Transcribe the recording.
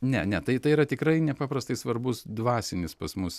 ne ne tai tai yra tikrai nepaprastai svarbus dvasinis pas mus